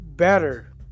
better